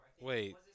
Wait